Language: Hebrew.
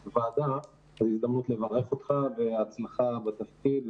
הוועדה, אז זו הזדמנות לברך אותך בהצלחה בתפקיד.